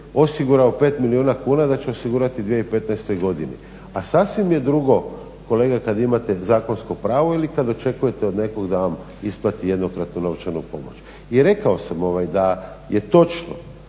osigurao 5 milijuna kuna da će osigurati i u 2015. godini. A sasvim je drugo, kolega, kada imate zakonsko pravo ili kada očekujete od nekoga da vam isplati jednokratnu novčanu pomoć. I rekao sam da je točno